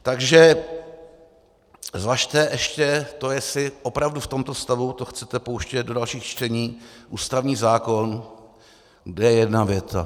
Takže zvažte ještě to, jestli opravdu v tomto stavu to chcete pouštět do dalších čtení, ústavní zákon, kde je jedna věta.